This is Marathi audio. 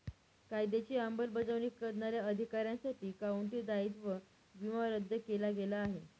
कायद्याची अंमलबजावणी करणाऱ्या अधिकाऱ्यांसाठी काउंटी दायित्व विमा रद्द केला गेला आहे